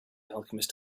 alchemist